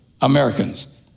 Americans